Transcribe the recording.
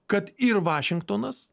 kad ir vašingtonas